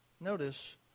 Notice